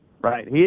Right